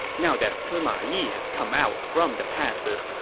now that sima yi has come out from the passes,